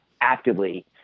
actively